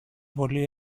πολύ